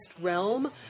realm